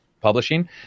publishing